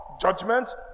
judgment